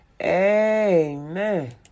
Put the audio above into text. Amen